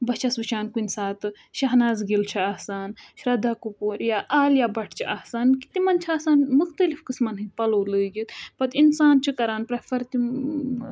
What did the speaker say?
بہٕ چھَس وُچھان کُنہِ ساتہٕ شہناز گِل چھِ آسان شردا کُپور یا آلیا بَٹ چھِ آسان تِمَن چھِ آسان مُختلِف قٕسمَن ہٕنٛدۍ پَلو لٲگِتھ پَتہٕ اِنسان چھِ کَران پرٛیفَر تِم